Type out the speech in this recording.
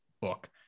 book